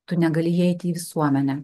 tu negali įeiti į visuomenę